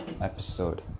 episode